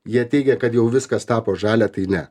jie teigia kad jau viskas tapo žalia tai ne